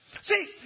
See